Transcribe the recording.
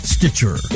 Stitcher